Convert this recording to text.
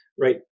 right